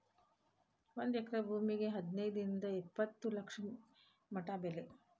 ಒಂದ ಎಕರೆ ಭೂಮಿಗೆ ಹದನೈದರಿಂದ ಇಪ್ಪತ್ತ ಲಕ್ಷ ಮಟಾ ಬೆಲೆ